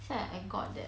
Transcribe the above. sa~ I got that